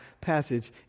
passage